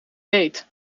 date